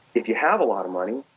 if you have a lot of money,